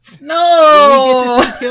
No